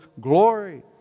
glory